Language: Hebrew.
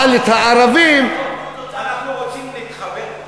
אבל את הערבים, עפו, אנחנו רוצים להתחבר.